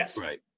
right